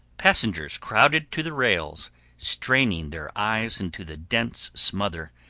passengers crowded to the rails straining their eyes into the dense smother,